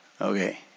Okay